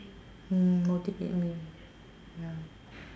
mm motivate me ya